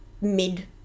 mid